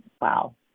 wow